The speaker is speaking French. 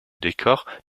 décors